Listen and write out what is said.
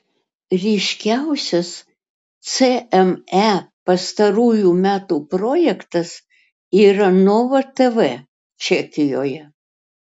ryškiausias cme pastarųjų metų projektas yra nova tv čekijoje